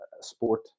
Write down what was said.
sport